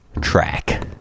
track